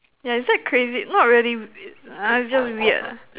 yeah is that crazy not really w~ uh its just weird lah